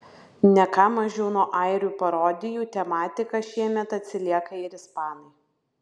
ne ką mažiau nuo airių parodijų tematika šiemet atsilieka ir ispanai